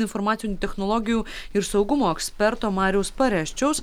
informacinių technologijų ir saugumo eksperto mariaus pareščiaus